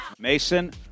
Mason